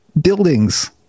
buildings